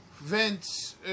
Vince